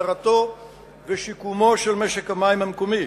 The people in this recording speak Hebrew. הסדרתו ושיקומו של משק המים המקומי.